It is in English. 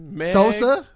Sosa